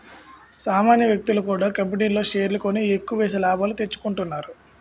సామాన్య వ్యక్తులు కూడా కంపెనీల్లో షేర్లు కొని ఎక్కువేసి లాభాలు తెచ్చుకుంటున్నారు